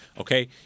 Okay